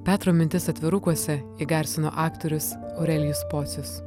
petro mintis atvirukuose įgarsino aktorius aurelijus pocius